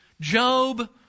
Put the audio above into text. Job